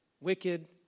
wicked